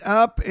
up